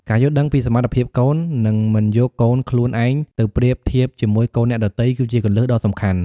ការយល់ដឹងពីសមត្ថភាពកូន និងមិនយកកូនខ្លួនឯងទៅប្រៀបធៀបជាមួយកូនអ្នកដទៃ គឺជាគន្លឹះដ៏សំខាន់។